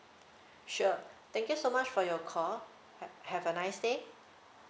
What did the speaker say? sure thank you so much for your call ha~ have a nice day